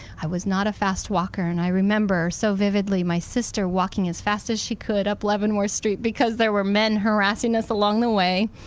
i was not a fast walker, and i remember so vividly my sister walking as fast as she could up leavenworth street because there were men harassing us along the way,